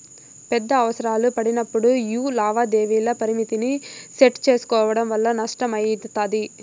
పెద్ద అవసరాలు పడినప్పుడు యీ లావాదేవీల పరిమితిని సెట్టు సేసుకోవడం వల్ల నష్టమయితది